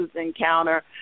encounter